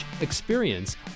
experience